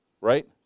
right